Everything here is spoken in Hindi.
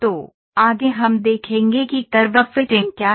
तो आगे हम देखेंगे कि कर्व फिटिंग क्या है